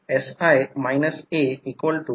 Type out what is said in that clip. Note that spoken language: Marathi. आता आता फेझर आकृती बघितली तर मला झूम कमी करू दे